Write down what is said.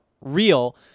real